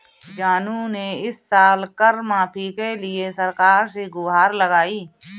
जानू ने इस साल कर माफी के लिए सरकार से गुहार लगाई